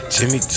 Jimmy